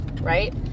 right